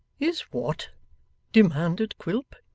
is what demanded quilp.